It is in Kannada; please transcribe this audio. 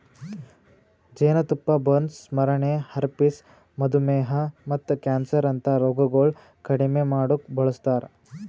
ಜೇನತುಪ್ಪ ಬರ್ನ್ಸ್, ಸ್ಮರಣೆ, ಹರ್ಪಿಸ್, ಮಧುಮೇಹ ಮತ್ತ ಕ್ಯಾನ್ಸರ್ ಅಂತಾ ರೋಗಗೊಳ್ ಕಡಿಮಿ ಮಾಡುಕ್ ಬಳಸ್ತಾರ್